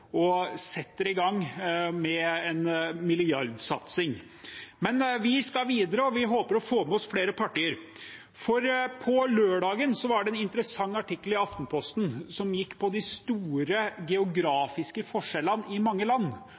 og setter i gang med en milliardsatsing. Men vi skal videre, og vi håper å få med oss flere partier. På lørdag var det en interessant artikkel i Aftenposten som gikk på de store geografiske forskjellene i mange land.